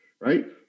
right